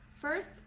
first